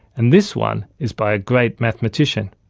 and this one is by a great mathematician.